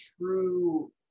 true